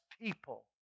people